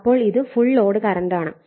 അപ്പോൾ ഇത് full load കറണ്ടാണ്